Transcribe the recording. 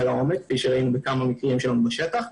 לעומק כפי שראינו מכמה מקרים שלנו בשטח.